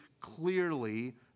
clearly